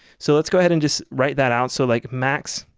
so let's go ahead and just write that out, so like max-height